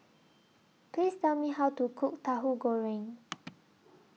Please Tell Me How to Cook Tahu Goreng